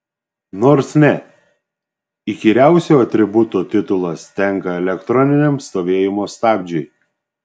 nors ne įkyriausio atributo titulas tenka elektroniniam stovėjimo stabdžiui